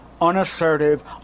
unassertive